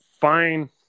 fine